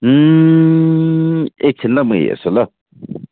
एकछिन ल म हेर्छु ल